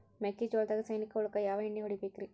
ಮೆಕ್ಕಿಜೋಳದಾಗ ಸೈನಿಕ ಹುಳಕ್ಕ ಯಾವ ಎಣ್ಣಿ ಹೊಡಿಬೇಕ್ರೇ?